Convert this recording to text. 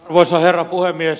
arvoisa herra puhemies